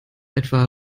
etwa